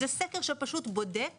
זה בקווים